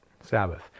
Sabbath